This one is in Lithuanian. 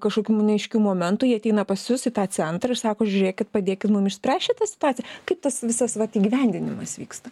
kažkokių nu neaiškių momentų jie ateina pas jus į tą centrą ir sako žiūrėkit padėkit mum išspręst šitą situaciją kaip tas visas vat įgyvendinimas vyksta